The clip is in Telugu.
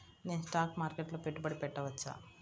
నేను స్టాక్ మార్కెట్లో పెట్టుబడి పెట్టవచ్చా?